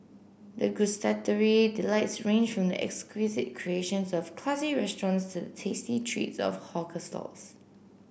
the gustatory delights range from the exquisite creations of classy restaurants to tasty treats of hawker stalls